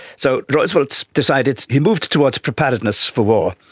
so roosevelt decided, he moved towards preparedness for war,